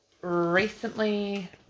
Recently